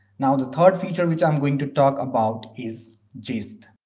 now the third feature which i'm going to talk about is gist